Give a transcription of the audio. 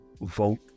vote